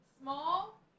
small